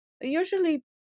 Usually